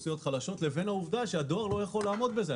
לבין העובדה שהדואר לא יכול לעמוד בזה.